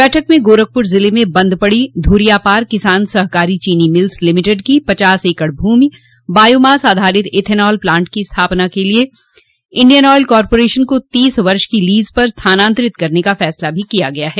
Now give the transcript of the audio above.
बैठक में गोरखपुर ज़िले में बंद पड़ी धुरियापार किसान सहकारी चीनी मिल्स लिमिटेड की पचास एकड़ भूमि बायोमास आधारित एथनाल प्लांट की स्थापना के लिए इंडियन ऑयल कारपोरेशन को तीस वर्ष की लीज पर स्थानान्तरित करने का फैसला किया गया है